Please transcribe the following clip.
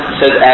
says